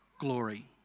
glory